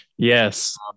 Yes